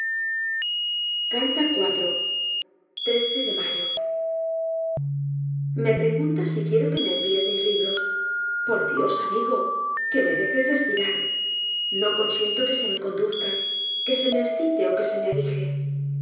de mayo me preguntas si quiero que me envíes mis libros por dios amigo que me dejes respirar no consiento que se me conduzca que se me escite ó que se me aguije